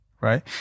right